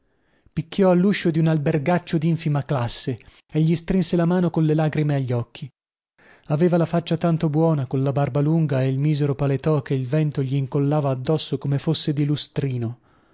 picchiò alluscio di un albergaccio dinfima classe e gli strinse la mano colle lagrime agli occhi aveva la faccia tanto buona colla barba lunga e il misero paletò che il vento gli incollava addosso come fosse di lustrino